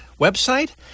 website